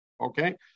Okay